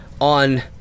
on